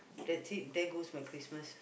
that's it there goes my Christmas